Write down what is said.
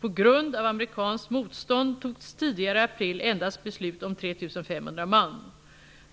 På grund av amerikanskt motstånd togs tidigare i april endast beslut om 3 500 man.